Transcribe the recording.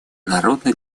народно